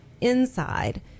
inside